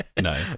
No